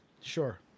sure